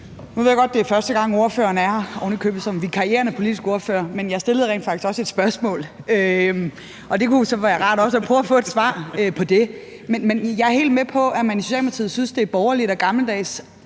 Nu ved jeg godt, at det er første gang, ordføreren er her som politisk ordfører, ovenikøbet som vikarierende politisk ordfører, men jeg stillede rent faktisk også et spørgsmål, og så kunne det jo være rart også at få et svar på det. Men jeg er helt med på, at man i Socialdemokratiet synes, det er borgerligt og gammeldags